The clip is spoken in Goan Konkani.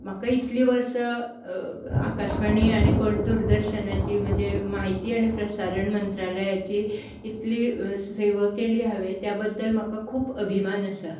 म्हाका इतलीं वर्सां आकाशवाणी आनी पण दूरदर्शनाची म्हजी म्हायती आनी प्रसारण मंत्रालयाची इतली सेवा केली हांवें त्या बद्दल म्हाका खूब अभिमान आसा